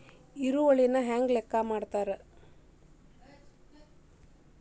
ಇಳುವರಿನ ಹೆಂಗ ಲೆಕ್ಕ ಹಾಕ್ತಾರಾ